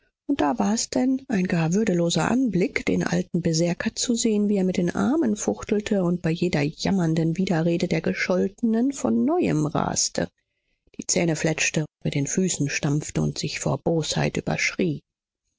und da war es denn ein gar würdeloser anblick den alten berserker zu sehen wie er mit den armen fuchtelte und bei jeder jammernden widerrede der gescholtenen von neuem raste die zähne fletschte mit den füßen stampfte und sich vor bosheit überschrie